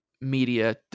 media